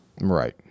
Right